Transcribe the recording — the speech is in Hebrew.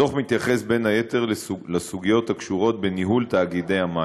הדוח מתייחס בין היתר לסוגיות הקשורות בניהול תאגידי המים.